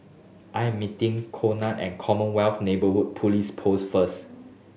I am meeting Conard at Commonwealth Neighbourhood Police Post first